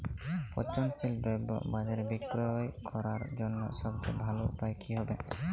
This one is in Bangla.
পচনশীল দ্রব্য বাজারে বিক্রয় করার জন্য সবচেয়ে ভালো উপায় কি হবে?